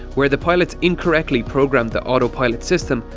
where the pilots incorrectly programmed the autopilot system,